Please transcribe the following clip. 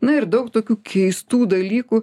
na ir daug tokių keistų dalykų